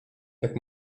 jak